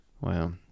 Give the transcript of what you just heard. Wow